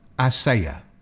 Isaiah